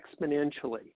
exponentially